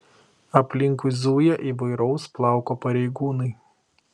aplinkui zuja įvairaus plauko pareigūnai